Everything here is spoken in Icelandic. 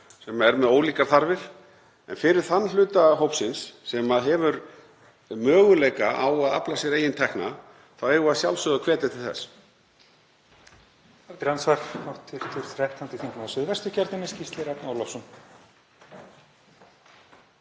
sem er með ólíkar þarfir. En fyrir þann hluta hópsins sem hefur möguleika á að afla sér eigin tekna þá eigum við að sjálfsögðu að hvetja til þess.